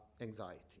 anxiety